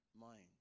mind